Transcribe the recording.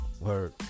word